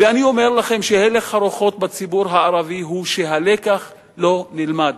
ואני אומר לכם שהלך הרוחות בציבור הערבי הוא שהלקח לא נלמד.